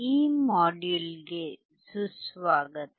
ಈ ಮಾಡ್ಯೂಲ್ಗೆ ಸುಸ್ವಾಗತ